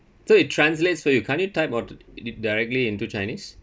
so it translates for you can't it type ot it directly into chinese